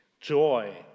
Joy